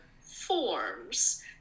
forms